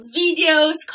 videos